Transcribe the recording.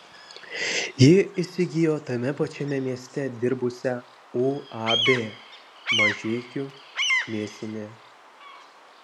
ji įsigijo tame pačiame mieste dirbusią uab mažeikių mėsinę